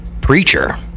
preacher